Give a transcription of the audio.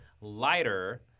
lighter